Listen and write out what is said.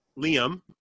Liam